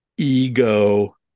ego